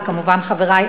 וכמובן חברי,